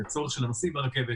והצורך של הנוסעים ברכבת